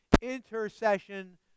intercession